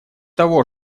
того